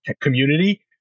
community